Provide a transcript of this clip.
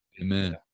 Amen